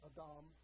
Adam